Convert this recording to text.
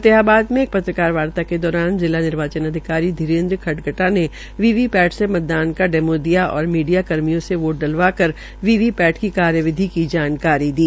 फतेहाबाद मे एक पत्रकार वार्ता के दौरान जिला निर्वाचन अधिकारी धीरेन्द्र खडगटा ने वी वी पैट से मतदान का डेमो दिया और मीडिया कर्मियों से वोट डलवाकर वी वी पैट का कार्यविधि की जानकारी दी